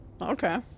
Okay